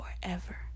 forever